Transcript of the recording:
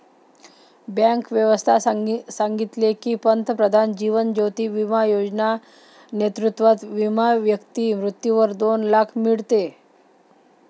bank व्यवस्था सांगितले की, पंतप्रधान जीवन ज्योती बिमा योजना नेतृत्वात विमा व्यक्ती मृत्यूवर दोन लाख मीडते